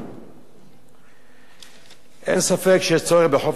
אין ספק שיש צורך בחופש תקשורת, חופש ביטוי,